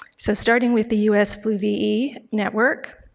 so starting with the us flu ve network,